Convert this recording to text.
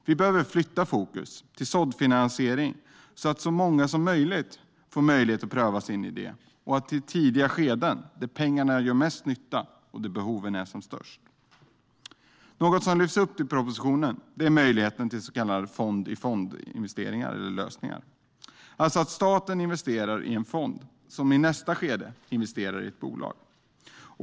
Vi behöver flytta fokus till såddfinansiering, så att så många som möjligt får möjlighet att pröva sin idé, och till tidiga skeden, där pengarna gör mest nytta och behoven är som störst. Något som lyfts upp i propositionen är möjligheten till så kallade fond-i-fond-investeringar eller fond-i-fond-lösningar, alltså att staten investerar i en fond, som i nästa skede investerar i ett bolag.